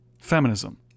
feminism